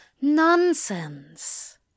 Nonsense